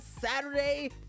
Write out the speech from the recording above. Saturday